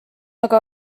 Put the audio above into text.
aga